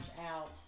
out